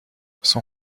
son